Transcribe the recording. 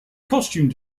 costume